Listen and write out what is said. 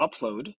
upload